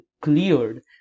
cleared